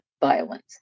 violence